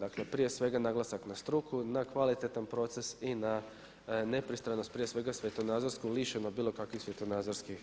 Dakle prije svega naglasak na struku na kvalitetan proces i na nepristranost prije svega svjetonazorsko lišeno bilo kakvih svjetonazorskih